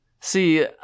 See